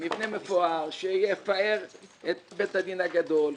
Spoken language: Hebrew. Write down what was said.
מבנה מפואר שיפאר את בית הדין הגדול,